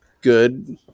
good